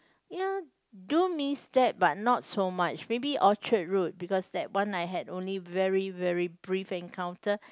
ya do means that but not so much maybe Orchard Road because that one I had only very very brief encounter